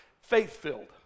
faith-filled